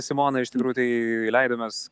simona iš tikrųjų tai leidomės